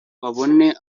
babone